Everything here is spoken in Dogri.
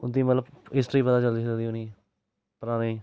उं'दी मतलब हिस्टरी पता चली सकदी उ'नेंगी परानी